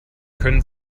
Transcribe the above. können